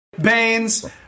Baines